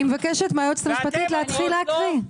אני מבקשת מהיועצת המשפטית להתחיל להקריא.